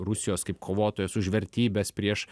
rusijos kaip kovotojos už vertybes prieš